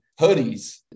hoodies